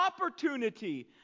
opportunity